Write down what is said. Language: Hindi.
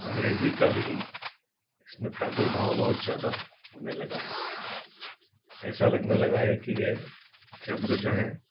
अंग्रेजी का भी इसमें प्रादुर्भाव बहुत ज़्यादा होने लगा है ऐसा लगने लगा है की ये शब्द जो है